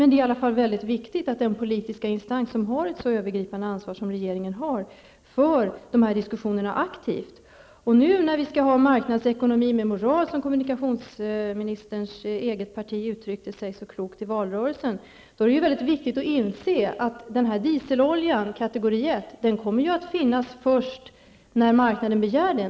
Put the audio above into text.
Det är ändå viktigt att den politiska instans som har ett så övergripande ansvar som regeringen har aktivt för de diskussionerna. Nu när vi skall ha marknadsekonomi med moral, som kommunikationsministerns eget parti så klokt uttryckte det i valrörelsen, är det viktigt att inse att dieselolja kategori 1 kommer att finnas först när marknaden kräver det.